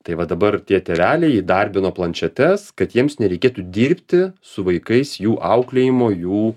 tai va dabar tie tėveliai įdarbino planšetes kad jiems nereikėtų dirbti su vaikais jų auklėjimo jų